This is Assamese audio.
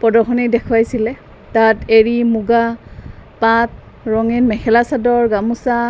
প্ৰদৰ্শনী দেখুৱাইছিলে তাত এৰী মুগা পাত ৰঙীন মেখেলা চাদৰ গামোচা